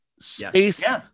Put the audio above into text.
space